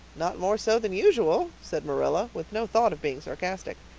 not more so than usual, said marilla, with no thought of being sarcastic.